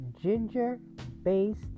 ginger-based